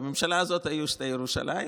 בממשלה הזאת היו שתי ירושלים,